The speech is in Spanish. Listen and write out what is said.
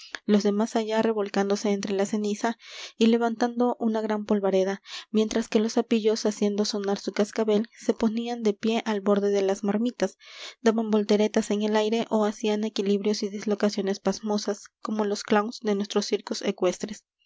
los de más allá revolcándose entre la ceniza y levantando una gran polvareda mientras que los sapillos haciendo sonar su cascabel se ponían de pie al borde de las marmitas daban volteretas en el aire ó hacían equilibrios y dislocaciones pasmosas como los clowns de nuestros circos ecuestres